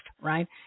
right